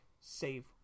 save